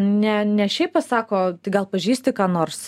ne ne šiaip pasako tai gal pažįsti ką nors